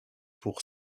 pour